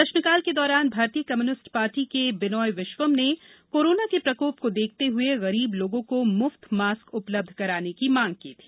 प्रश्नकाल के दौरान भारतीय कम्युनिस्ट पार्टी के बिनॉय विश्वम ने कोरोना के प्रकोप को देखते हुए गरीब लोगों को मुफ्त मास्क उपलब्ध कराने की मांग की थी